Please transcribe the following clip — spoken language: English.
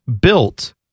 built